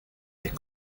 est